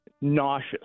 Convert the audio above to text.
nauseous